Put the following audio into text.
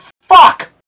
fuck